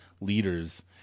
leaders